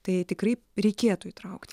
tai tikrai reikėtų įtraukti